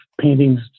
paintings